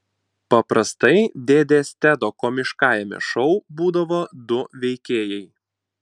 paprastai dėdės tedo komiškajame šou būdavo du veikėjai